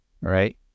Right